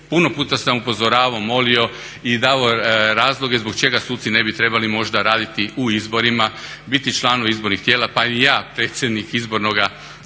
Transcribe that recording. Puno puta sam upozoravao, molio i davao razloge zbog čega suci ne bi trebali možda raditi u izborima, biti članovi izbornih tijela pa i ja predsjednik izbornoga,